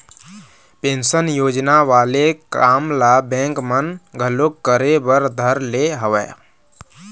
pension योजना वाले काम ल बेंक मन घलोक करे बर धर ले हवय